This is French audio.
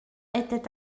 était